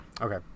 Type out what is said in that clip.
Okay